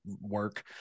work